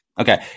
Okay